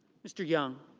mr. young.